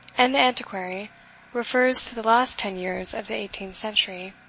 and the antiquary refers to the last ten years of the eighteenth century.